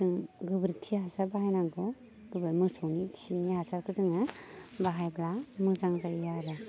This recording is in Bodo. जों गोरोबखि हासार बाहायनांगौ गोबोर मोसौनि खिनि हासारखौ जोङो बाहायब्ला मोजां जायो आरो